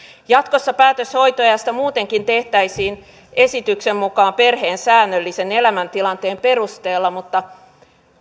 jatkossa päätös hoitoajasta muutenkin tehtäisiin esityksen mukaan perheen säännöllisen elämäntilanteen perusteella mutta